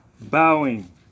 Bowing